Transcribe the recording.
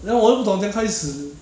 then 我要怎样懂怎样开始